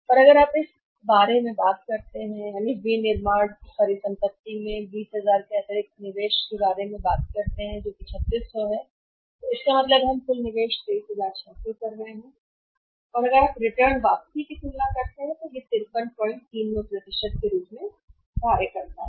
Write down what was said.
और अगर आप इसके बारे में बात करते हैं तो विनिर्माण परिसंपत्ति में 20000 और अतिरिक्त निवेश में है यह 3600 है इसलिए इसका मतलब है कि हम जो कुल निवेश कर रहे हैं वह 23600 है और इसमें से अगर आप तुलना करते हैं रिटर्न कि वापसी 5339 के रूप में काम करता है